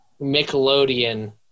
Nickelodeon